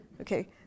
Okay